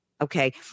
Okay